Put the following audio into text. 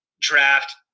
draft –